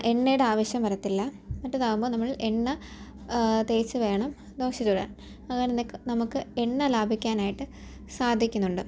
എണ്ണയുടെ ആവശ്യം വരത്തില്ല മറ്റേതാവുമ്പോള് നമ്മൾ എണ്ണ തേച്ച് വേണം ദോശ ചുടാൻ അങ്ങനെ നമുക്ക് എണ്ണ ലാഭിക്കാനായിട്ട് സാധിക്കുന്നുണ്ട്